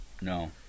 No